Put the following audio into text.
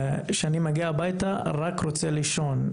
כשאני מגיע הביתה, אני רק רוצה לישון.